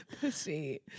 pussy